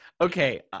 okay